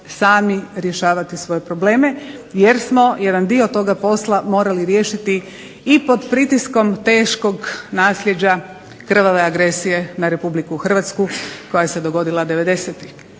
sami rješavati svoje probleme jer smo jedan dio toga posla morali riješiti i pod pritiskom teškog naslijeđa krvave agresije na Republiku Hrvatsku koja se dogodila